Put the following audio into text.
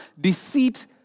deceit